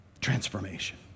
Transformation